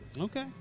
okay